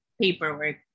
paperwork